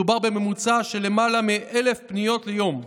מדובר בממוצע של למעלה מ-1,000 פניות ליום.